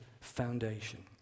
foundation